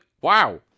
Wow